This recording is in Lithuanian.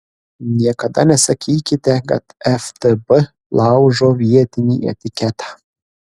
niekada nesakykite kad ftb laužo vietinį etiketą